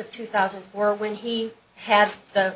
of two thousand and four when he had the